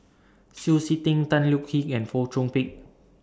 Shui Tit Sing Tan Thoon Lip and Fong Chong Pik